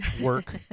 work